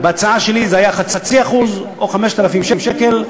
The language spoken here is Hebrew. בהצעה שלי זה היה 0.5% או 5,000 שקל,